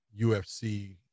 ufc